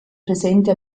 presente